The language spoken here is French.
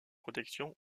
protection